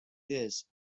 this